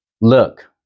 Look